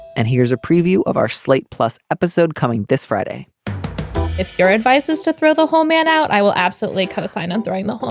and here's a preview of our slate plus episode coming this friday if your advice is to throw the whole man out, i will absolutely co-sign on throwing the,